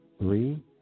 three